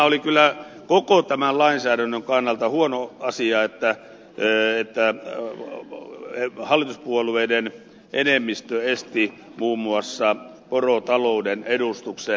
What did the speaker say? oli kyllä koko tämän lainsäädännön kannalta huono asia että hallituspuolueiden enemmistö esti muun muassa porotalouden edustuksen